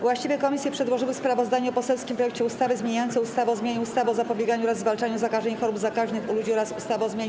Właściwe komisje przedłożyły sprawozdanie o poselskim projekcie ustawy zmieniającej ustawę o zmianie ustawy o zapobieganiu oraz zwalczaniu zakażeń i chorób zakaźnych u ludzi oraz ustawę o zmianie